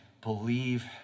believe